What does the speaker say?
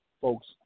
folks